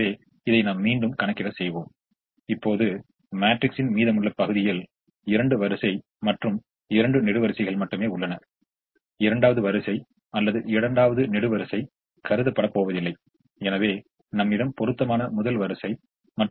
எனவே θ 25 இது மூன்று கட்ட மதிப்புகளில் மிக சிறியது அதாவது அந்த θ வாள் அதைப் பெற முடியும் மேலும் θ முதல் 0 வரை உள்ளதை நாம் கூறியபோது அதை நம்மால் கணக்கிட முடிகிறது